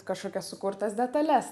kažkokias sukurtas detales